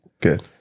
Good